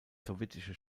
sowjetische